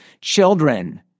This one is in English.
Children